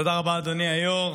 תודה רבה, אדוני היושב-ראש.